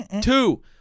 two